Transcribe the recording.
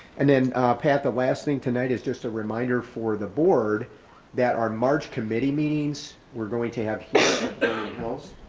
and then pat, the last thing tonight is just a reminder for the board that our march committee meetings we're going to have at hills.